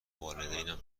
والدینم